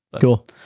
Cool